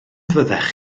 fyddech